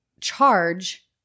charge